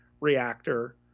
reactor